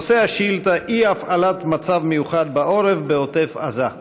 נושא השאילתה: אי-הפעלת מצב מיוחד בעורף בעוטף עזה.